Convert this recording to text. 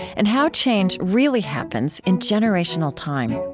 and how change really happens, in generational time